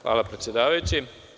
Hvala predsedavajući.